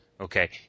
Okay